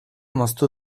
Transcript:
moztu